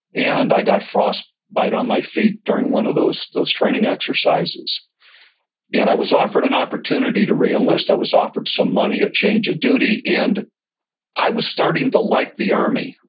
and i got frost bite on my feet during one of those those training exercises and i was offered an opportunity to reenlist. i was offered some money, a change of duty, and i was starting to like the army.